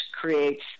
creates